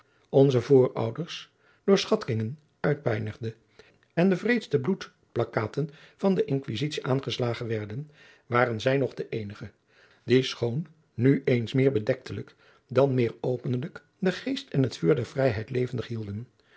onze voorouders door schattkigen uitpijnigde en de wreedste bloedplakkaten van de inquisitie aangeslagen werden waren zij nog de eenigen die schoon nu eens meer bedektelijk dan meer openlijk den geest en het vuur der vrijheid levendig hielden